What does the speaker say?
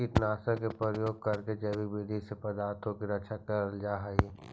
कीटनाशकों का प्रयोग करके जैविक विधि से पादपों की रक्षा करल जा हई